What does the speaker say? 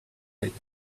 right